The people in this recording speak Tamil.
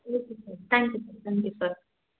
ஓகே சார் தேங்க்யூ சார் நன்றி சார்